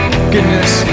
Goodness